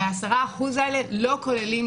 ו-10% האלה לא כוללים,